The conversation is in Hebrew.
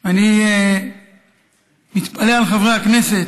אני מתפלא על חברי הכנסת,